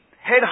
head